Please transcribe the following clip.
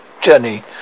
journey